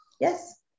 Yes